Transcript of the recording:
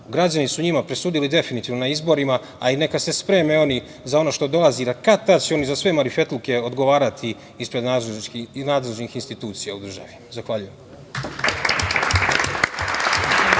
građani su njima presudili definitivno na izborima, a i neka se spreme oni za ono što dolazi, kad-tad će oni za sve marifetluke odgovarati ispred nadležnih institucija u državi. Zahvaljujem.